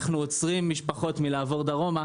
אנחנו עוצרים משפחות מלעבור דרומה.